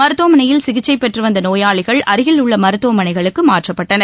மருத்துவமனையில் சிகிச்சை பெற்று வந்த நோயாளிகள் அருகில் உள்ள மருத்துவமனைகுளக்கு மாற்றப்பட்டனர்